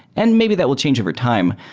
and maybe that will change over time.